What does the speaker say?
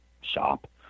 shop